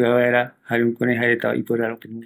oïme yeparareko